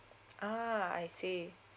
ah I see